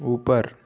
ऊपर